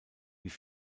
wie